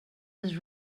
was